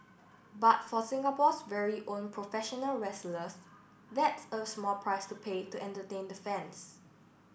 but for Singapore's very own professional wrestlers that's a small price to pay to entertain the fans